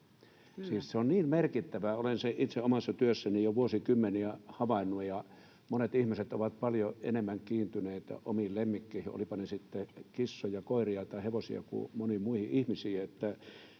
sen itse omassa työssäni jo vuosikymmeniä havainnut — että monet ihmiset ovat paljon enemmän kiintyneitä omiin lemmikkeihinsä, olivatpa ne sitten kissoja, koiria tai hevosia, kuin moniin muihin ihmisiin.